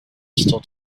still